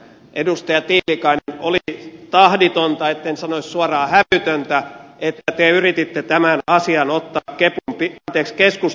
edustaja tiilikainen oli tahditonta etten sanoisi suoraan hävytöntä että te yrititte tämän asian ottaa keskustan piikkiin